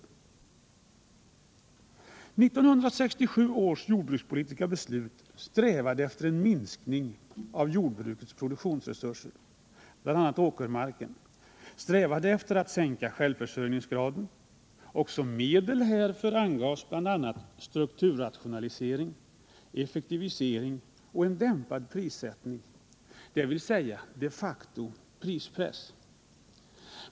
1967 års jordbrukspolitiska beslut kännetecknades av en strävan till en minskning av jordbrukets produktionsresurser. Bl. a. skulle arealen åkermark minskas. Vidare avsåg man att sänka självförsörjningsgraden, och som medel härför angavs bl.a. strukturrationalisering, effektivisering och en dämpad prissättning, dvs. de facto en prispress.